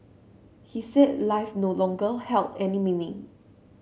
he said life no longer held any meaning